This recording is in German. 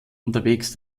unterwegs